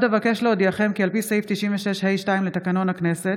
עוד אבקש להודיעכם כי על פי סעיף 96 (ה)(2) לתקנון הכנסת,